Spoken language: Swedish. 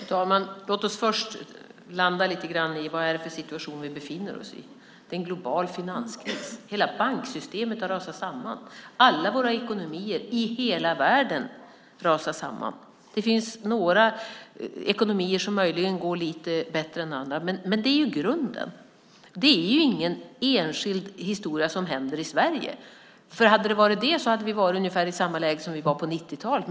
Fru talman! Låt oss först landa lite grann i vad det är för situation vi befinner oss i. Det är en global finanskris. Hela banksystemet har rasat samman. Alla ekonomier i hela världen rasar samman. Det finns några ekonomier som möjligen går lite bättre än andra, men det är grunden. Det är ju ingen enskild historia som inträffar i Sverige, för hade det varit det hade vi varit i ungefär samma läge som vi var i på 90-talet.